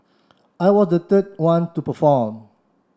I was the third one to perform